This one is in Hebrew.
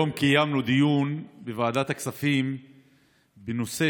היום קיימנו דיון בוועדת הכספים בנושא